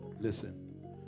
listen